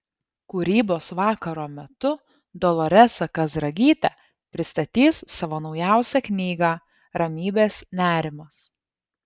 kūrybos vakaro metu doloresa kazragytė pristatys savo naujausią knygą ramybės nerimas